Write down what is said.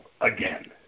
again